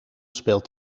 speelt